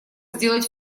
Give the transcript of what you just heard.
сделать